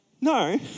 No